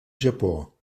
japó